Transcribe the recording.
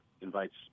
invites